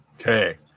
Okay